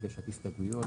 עוד הסתייגויות.